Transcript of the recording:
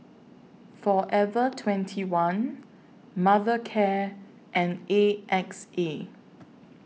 Forever twenty one Mothercare and A X A